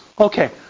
Okay